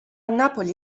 napoli